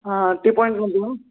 हा T point मध्ये वा